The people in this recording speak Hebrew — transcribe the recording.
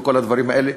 וכל הדברים האלה.